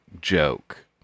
joke